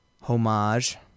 homage